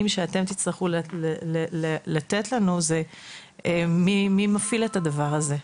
שאתם תצטרכו לתת לנו זה מי מפעיל את הדבר הזה.